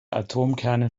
atomkerne